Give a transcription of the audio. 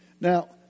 Now